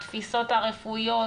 התפיסות הרפואיות,